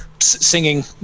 singing